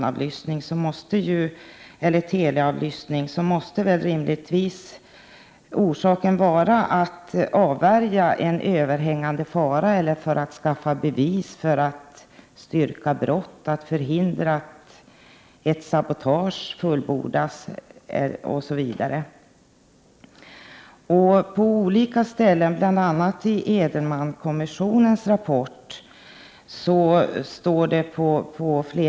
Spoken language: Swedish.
Rimligtvis borde orsaken till att teleavlyssning används vara att man t.ex. vill avvärja en överhängande fara, att man vill skaffa fram bevis för att kunna styrka brott eller att man vill förhindra att sabotage fullbordas. I bl.a. Edenmankommissionens rapport tas dessa frågor upp.